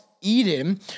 Eden